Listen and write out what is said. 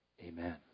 Amen